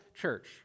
church